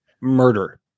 murder